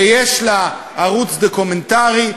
שיש לה ערוץ דוקומנטרי,